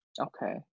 Okay